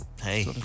Hey